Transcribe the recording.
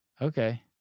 Okay